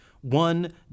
one